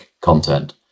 content